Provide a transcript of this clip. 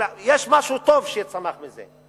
אבל יש משהו טוב שצמח מזה.